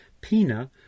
Pina